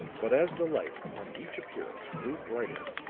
but as the light upon each appearance grew brighter,